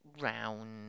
round